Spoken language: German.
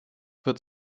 wird